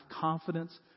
confidence